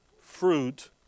Fruit